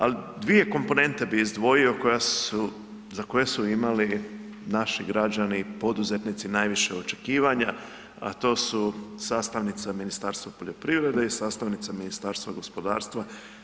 Ali dvije komponente bi izdvojio koja su, za koje su imali naši građani i poduzetnici najviše očekivanja, a to su sastavnica Ministarstva poljoprivrede i sastavnica Ministarstva gospodarstva.